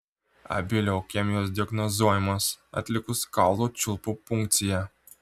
abi leukemijos diagnozuojamos atlikus kaulų čiulpų punkciją